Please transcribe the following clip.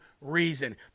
reason